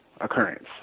occurrence